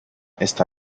está